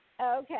Okay